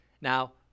Now